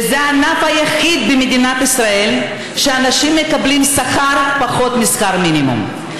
וזה הענף היחיד במדינת ישראל שאנשים מקבלים שכר שהוא פחות משכר מינימום.